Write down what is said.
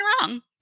wrong